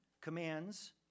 commands